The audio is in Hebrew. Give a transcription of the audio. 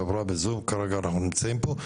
כרגע אנחנו נמצאים פה.